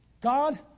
God